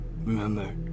Remember